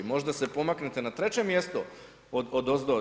Možda se pomaknete ne treće mjesto odozdo.